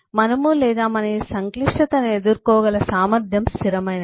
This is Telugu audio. మనము లేదా మన ఈ సంక్లిష్టతను ఎదుర్కోగల సామర్థ్యం స్థిరమైనది